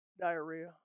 diarrhea